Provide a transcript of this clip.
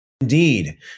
Indeed